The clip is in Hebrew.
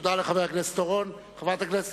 תודה לחבר הכנסת אורון.